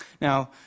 Now